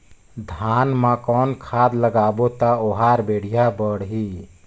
धान मा कौन खाद लगाबो ता ओहार बेडिया बाणही?